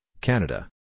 Canada